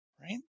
Right